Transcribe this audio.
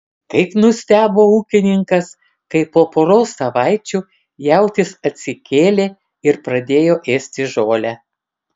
kaip nustebo ūkininkas kai po poros savaičių jautis atsikėlė ir pradėjo ėsti žolę